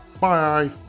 Bye